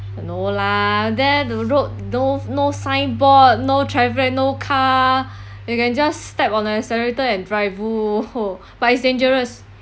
no lah there the road no no signboard no traffic no car you can just step on the accelerator and drive but it's dangerous